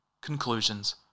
Conclusions